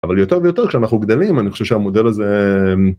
אבל יותר ויותר כשאנחנו גדלים אני חושב שהמודל הזה.